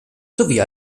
sowie